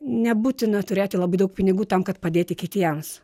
nebūtina turėti labai daug pinigų tam kad padėti kitiems